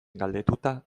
galdetuta